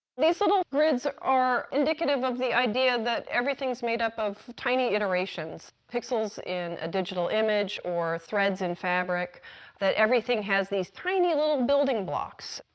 these little grids are indicative of the idea that everything's made up of tiny iterations, pixels in a digital image or threads in fabric that everything has these tiny little building blocks.